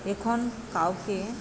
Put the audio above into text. এখন কাউকে